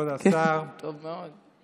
כבוד השר, טוב מאוד.